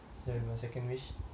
that'll be my second wish